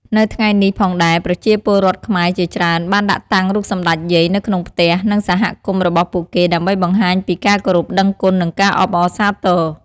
នៅថ្ងៃនេះផងដែរប្រជាពលរដ្ឋខ្មែរជាច្រើនបានដាក់តាំងរូបសម្តេចយាយនៅក្នុងផ្ទះ និងសហគមន៍របស់ពួកគេដើម្បីបង្ហាញពីការគោរពដឹងគុណនិងការអបអរសាទរ។